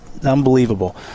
Unbelievable